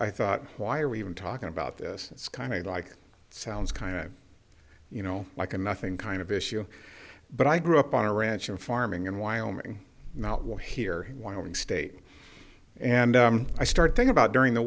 i thought why are we even talking about this it's kind of like sounds kind of you know like a nothing kind of issue but i grew up on a ranch and farming in wyoming not well here wyoming state and i started thing about during the